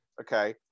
okay